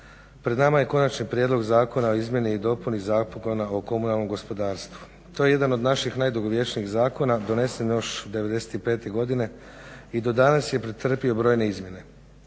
Pred nama je Konačni prijedlog Zakona o izmjeni i dopuni Zakona o komunalnom gospodarstvu. To je jedan od naših najdugovječnijih zakona, donesen još '95. godine, i do danas je pretrpio brojne izmjene.